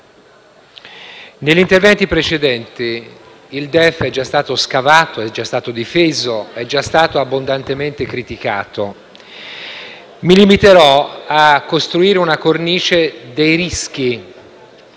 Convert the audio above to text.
negli interventi precedenti il DEF è già stato scavato, difeso e abbondantemente criticato. Mi limiterò a costruire una cornice dei rischi